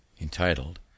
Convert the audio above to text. entitled